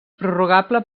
prorrogable